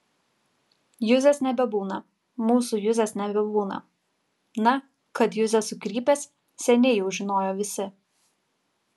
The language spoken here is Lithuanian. juzės nebebūna mūsų juzės nebebūna na kad juzė sukrypęs seniai jau žinojo visi